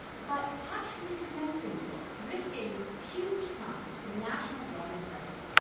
but actually commencing war, risking huge sums in national blood and treasure,